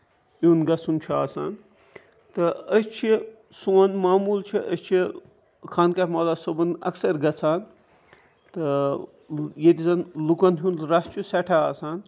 یُن گژھُن چھُ آسان تہٕ أسۍ چھِ سون ماموٗل چھُ أسۍ چھِ خان کہہ مولا صٲبُن اَکثر گژھان تہٕ ییٚتہِ زَن لُکن ہُند رَش چھُ سٮ۪ٹھاہ آسان